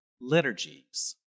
liturgies